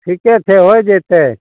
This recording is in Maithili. ठीके छै होइ जेतै